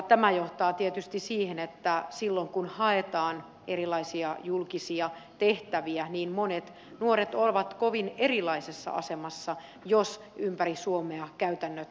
tämä johtaa tietysti siihen että silloin kun haetaan erilaisia julkisia tehtäviä niin monet nuoret ovat kovin erilaisessa asemassa jos ympäri suomea käytännöt vaihtelevat